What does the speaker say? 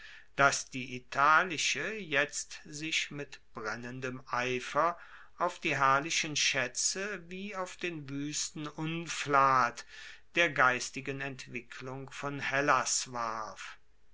dass die italische jetzt sich mit brennendem eifer auf die herrlichen schaetze wie auf den wuesten unflat der geistigen entwicklung von hellas warf